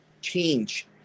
change